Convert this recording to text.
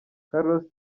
carlos